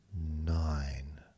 nine